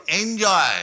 enjoy